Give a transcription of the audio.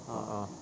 ah